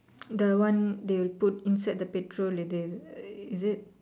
the one they will put inside the petrol இது:ithu is it